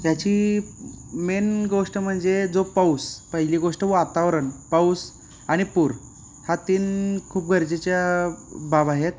त्याची मेन गोष्ट म्हणजे जो पाऊस पहिली गोष्ट वातावरण पाऊस आणि पुर हा तीन खूप गरजेच्या बाबी आहेत